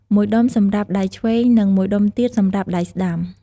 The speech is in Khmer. មួយដុំសម្រាប់ដៃឆ្វេង និងមួយដុំទៀតសម្រាប់ដៃស្តាំ។